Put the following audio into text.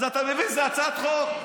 אז אתה מביא איזה הצעת חוק.